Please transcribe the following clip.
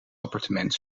appartement